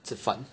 吃饭